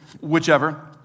whichever